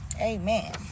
Amen